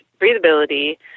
breathability